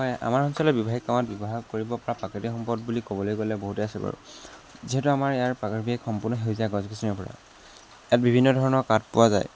হয় আমাৰ অঞ্চলত ব্যৱসায়ীক কামত ব্যৱহাৰ কৰিবপৰা প্ৰাকৃতিক সম্পদ বুলি ক'বলৈ গ'লে বহুতেই আছে বাৰু যিহেতু আমাৰ ইয়াৰ পৰিৱেশ সম্পূৰ্ণ সেউজীয়া গছ গছনিৰে ভৰা ইয়াত বিভিন্ন ধৰণৰ কাঠ পোৱা যায়